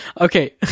Okay